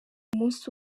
munsi